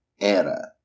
era